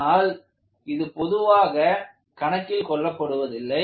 ஆனால் இது பொதுவாக கணக்கில் கொள்ளப்படுவதில்லை